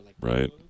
right